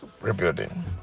rebuilding